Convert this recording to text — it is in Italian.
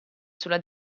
sulla